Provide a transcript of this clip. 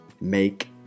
make